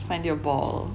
find your ball